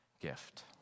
gift